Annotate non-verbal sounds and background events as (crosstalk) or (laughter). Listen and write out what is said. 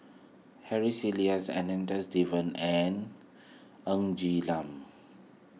Harry Elias (unintelligible) Devan and Ng Lam